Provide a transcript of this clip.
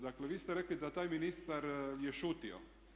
Dakle, vi ste rekli da taj ministar je šutio.